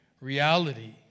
reality